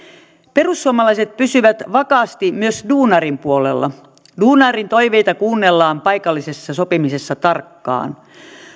perussuomalaiset pysyvät vakaasti myös duunarin puolella duunarin toiveita kuunnellaan paikallisessa sopimisessa tarkkaan